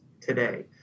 today